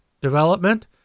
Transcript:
development